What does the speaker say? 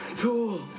Cool